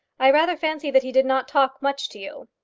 i rather fancy that he did not talk much to you.